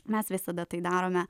mes visada tai darome